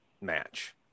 match